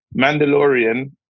Mandalorian